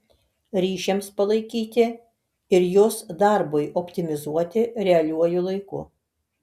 ryšiams palaikyti ir jos darbui optimizuoti realiuoju laiku